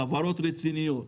חברות רציניות,